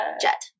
Jet